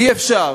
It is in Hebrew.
אי-אפשר